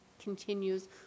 continues